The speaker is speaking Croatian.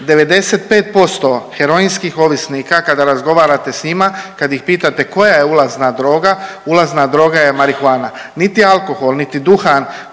95% heroinskih ovisnika kada razgovarate s njima, kad ih pitate koja je ulazna droga, ulazna droga je marihuana. Niti alkohol, niti duhan